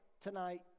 tonight